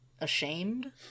ashamed